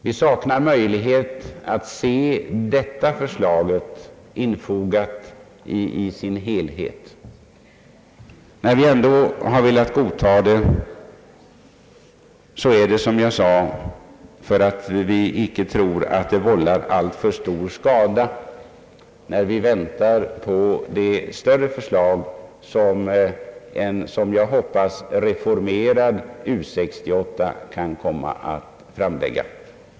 Vi saknar möjlighet att se förslaget infogat i sin helhet. När vi ändå har ansett oss kunna godta det beror det — som jag redan sagt — på att vi icke tror att ett genomförande av förslaget skulle vålla alltför stor skada under den tid då vi väntar på det större förslag som en, som jag hoppas, reformerad U 68 kan komma att framlägga.